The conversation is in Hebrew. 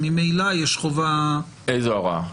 איזו הוראה?